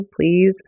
please